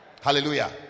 Hallelujah